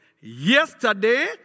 yesterday